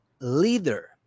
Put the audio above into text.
leader